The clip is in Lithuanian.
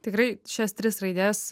tikrai šias tris raides